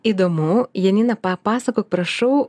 įdomu janina papasakok prašau